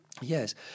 Yes